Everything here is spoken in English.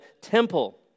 temple